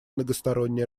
многосторонней